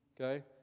Okay